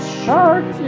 shark